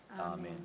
Amen